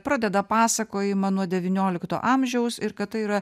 pradeda pasakojimą nuo devyniolikto amžiaus ir kad tai yra